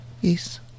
Yes